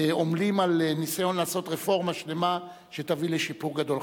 עמלים היום על הניסיון לעשות רפורמה שלמה שתביא לשיפור גדול.